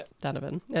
donovan